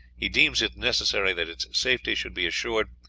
he deems it necessary that its safety should be assured,